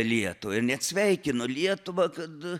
lietuvai ir net sveikinu lietuvą kad